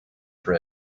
for